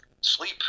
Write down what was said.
sleep